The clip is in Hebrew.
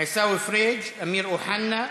עיסאווי פריג'; אמיר אוחנה,